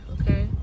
okay